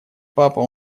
папа